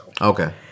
Okay